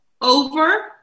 Over